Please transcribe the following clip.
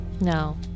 No